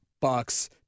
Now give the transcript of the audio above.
Bucks